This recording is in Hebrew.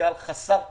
פוטנציאל חסר תקדים.